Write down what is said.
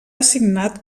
assignat